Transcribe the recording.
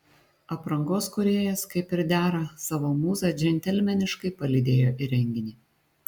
aprangos kūrėjas kaip ir dera savo mūzą džentelmeniškai palydėjo į renginį